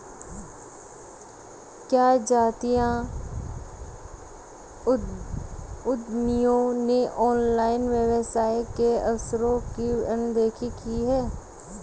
क्या जातीय उद्यमियों ने ऑनलाइन व्यवसाय के अवसरों की अनदेखी की है?